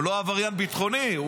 הוא לא עבריין ביטחוני.